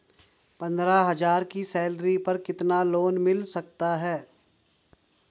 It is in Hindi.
पंद्रह हज़ार की सैलरी पर कितना लोन मिल सकता है?